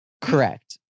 Correct